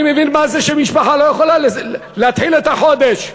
אני מבין מה זה שמשפחה לא יכולה להתחיל את החודש.